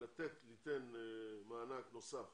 לתת מענק נוסף